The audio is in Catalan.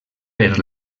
per